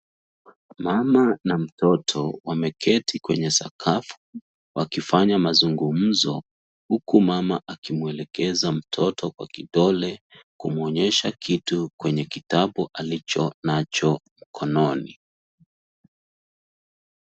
Mama na mtoto wameketi kwenye sakafu wakifanya mazungumzo, huku mama akimwelekeza mtoto kwa kidole kumuonyesha kitu kwenye kitabu alicho nacho mkononi.